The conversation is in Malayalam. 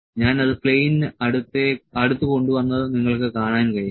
ഞാൻ അത് പ്ലെയിനിന് അടുത്ത് കൊണ്ടുവന്നത് നിങ്ങൾക്ക് കാണാൻ കഴിയും